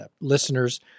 listeners